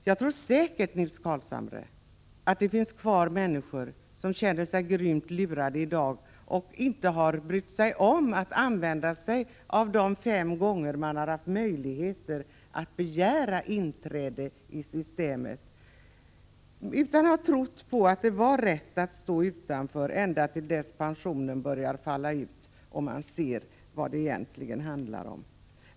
Jag tror säkert, Nils Carlshamre, att det i dag finns människor som känner sig grymt lurade, människor som inte någon gång av de fem gånger de har haft möjlighet därtill har brytt sig om att begära inträde i systemet utan har trott att det var rätt att stå utanför ända till dess att pensionen började falla ut till dem som var anslutna och man såg vad det egentligen handlade om.